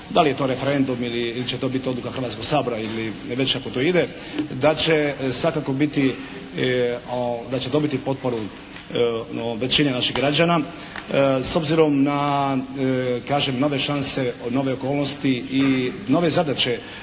da li je to referendum ili će to biti odluka Hrvatskog sabora ili kako to već ide da će svakako biti, da će dobiti potporu većine naših građana s obzirom na kažem nove šanse, nove okolnosti i nove zadaće